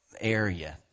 area